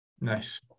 nice